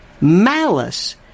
malice